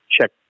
check